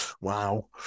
wow